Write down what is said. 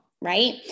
right